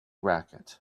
racquet